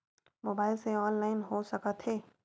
Mobile से online हो सकत हे?